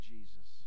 Jesus